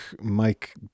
Mike